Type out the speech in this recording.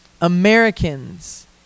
Americans